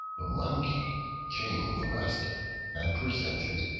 the monkey came with the rest and presented,